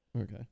Okay